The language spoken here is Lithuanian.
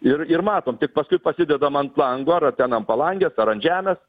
ir ir matom tik paskui pasidedam ant lango ar ten ant palangės ar ant žemės